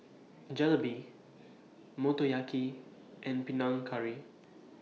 Jalebi Motoyaki and Panang Curry